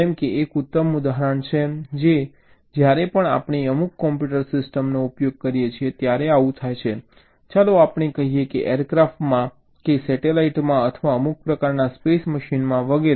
જેમ કે એક ઉત્તમ ઉદાહરણ છે કે જ્યારે પણ આપણે અમુક કોમ્પ્યુટર સિસ્ટમનો ઉપયોગ કરીએ છીએ ત્યારે આવું થાય છે ચાલો આપણે કહીએ કે એરક્રાફ્ટ માં કે સેટેલાઇટ માં અથવા અમુક પ્રકારના સ્પેસ મશીનમાં વગેરે